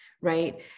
right